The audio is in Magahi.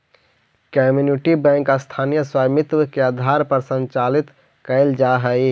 कम्युनिटी बैंक स्थानीय स्वामित्व के आधार पर संचालित कैल जा हइ